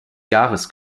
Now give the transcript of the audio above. jahres